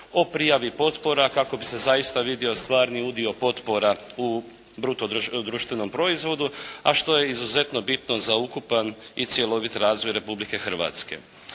o prijavi potpora kako bi se zaista vidio stvarni udio potpora u bruto društvenom proizvodu a što je izuzetno bitno za ukupan i cjelovit razvoj Republike Hrvatske.